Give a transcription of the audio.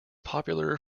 popular